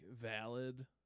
valid